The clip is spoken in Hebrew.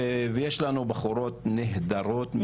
ויש לנו בחורות נהדרות,